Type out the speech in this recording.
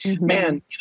man